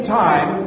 time